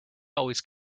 always